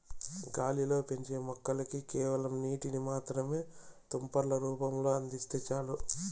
గాలిలో పెంచే మొక్కలకి కేవలం నీటిని మాత్రమే తుంపర్ల రూపంలో అందిస్తే చాలు